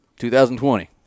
2020